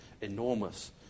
enormous